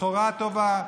סחורה טובה.